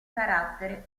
carattere